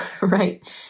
right